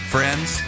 Friends